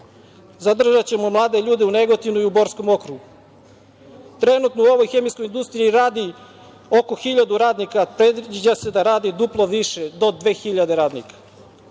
Zadržaćemo mlade ljude u Negotinu i u Borskom okrugu. Trenutno u ovoj hemijskoj industriji radi oko 1.000 radnika. Predviđa se da radi duplo više, do 2.000 radnika. Veliki